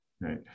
Right